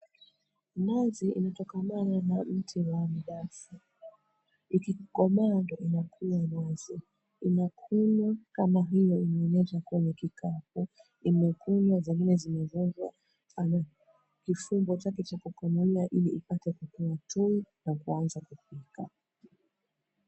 Nazi inatokamana na mti wa mnazi. Ikikomaa ndio inakua nazi. Inakunwa kama vile imeonyeshwa kwenye kikapu. Imekunwa, zingine zimevunjwa. Pana kifimbo chake cha kukunia ili ipate kutoa tui na kuanza kupika.